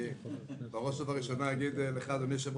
בראש ובראשונה אגיד לך, אדוני, יושב-ראש